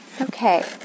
okay